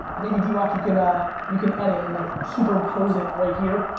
maybe, drock, you can ah you can edit and like superimpose it right here